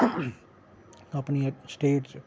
अपनी स्टेट च